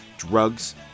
Drugs